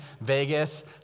Vegas